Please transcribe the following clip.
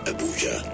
Abuja